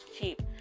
cheap